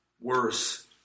worse